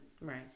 Right